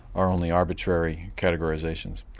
are only arbitrary categorisations.